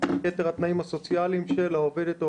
של ייתר התנאים הסוציאליים של העובדת,